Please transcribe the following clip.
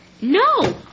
No